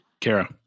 Kara